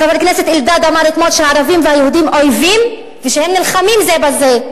חבר הכנסת אלדד אמר אתמול שהערבים והיהודים אויבים ושהם נלחמים זה בזה.